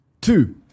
two